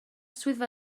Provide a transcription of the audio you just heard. swyddfa